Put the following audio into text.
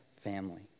family